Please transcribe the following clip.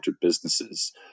businesses